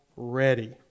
ready